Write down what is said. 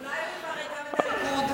אולי הוא יפרק גם את הליכוד?